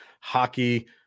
hockey